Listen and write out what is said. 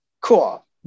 Cool